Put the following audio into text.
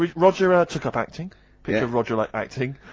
roger, ah, took up acting, picture of roger like acting,